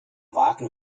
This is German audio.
warten